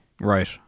Right